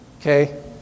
okay